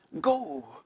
go